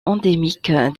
endémique